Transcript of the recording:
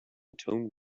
tone